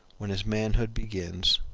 when his manhood begins,